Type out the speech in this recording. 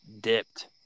dipped